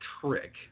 trick